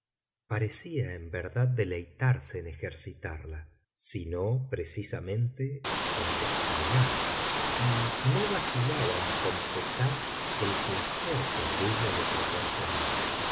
parecía en verdad deleitarse en ejercitarla si no precisamente en desplegarla y no vacilaba en confesar el placer que aquello le proporcionaba